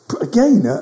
Again